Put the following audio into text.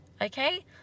Okay